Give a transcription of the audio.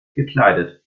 gekleidet